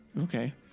Okay